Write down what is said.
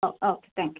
O okay thank you